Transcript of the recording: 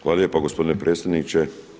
Hvala lijepo gospodine predsjedniče.